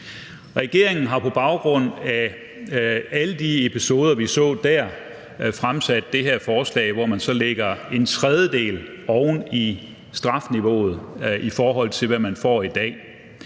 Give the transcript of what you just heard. Regeringen har på baggrund af alle de episoder, vi så der, fremsat det her forslag, hvor de så lægger en tredjedel oven i strafniveauet, i forhold til hvad man får i dag.